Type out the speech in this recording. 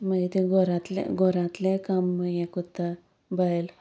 मागीर तें घरांतले घरांतलें काम हें करता बायल